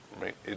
Right